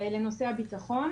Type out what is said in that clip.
לנושא הביטחון.